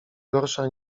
gorsza